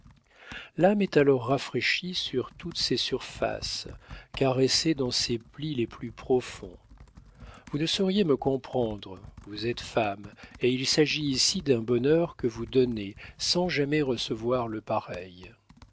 l'âme est alors rafraîchie sur toutes ses surfaces caressée dans ses plis les plus profonds vous ne sauriez me comprendre vous êtes femme et il s'agit ici d'un bonheur que vous donnez sans jamais recevoir le pareil